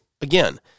again